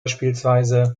bspw